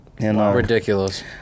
Ridiculous